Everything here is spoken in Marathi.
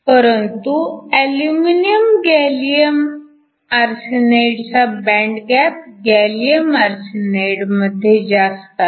परंतु अल्युमिनिअम गॅलीअम आर्सेनाईडचा बँड गॅप गॅलीअम आर्सेनाईडमध्ये जास्त आहे